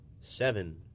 seven